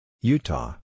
Utah